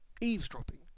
eavesdropping